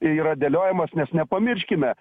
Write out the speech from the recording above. yra dėliojamas nes nepamirškime